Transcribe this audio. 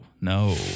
no